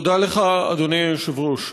תודה לך, אדוני היושב-ראש.